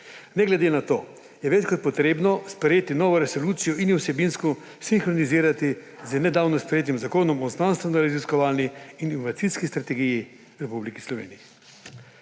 Ne glede na to je večkrat potrebno sprejeti novo resolucijo in jo vsebinsko sinhronizirati z nedavno sprejetim Zakonom o znanstvenoraziskovalni in inovacijski dejavnosti v Republiki Sloveniji.